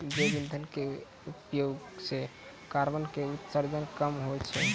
जैव इंधन के उपयोग सॅ कार्बन के उत्सर्जन कम होय छै